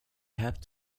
have